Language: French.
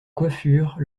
coiffures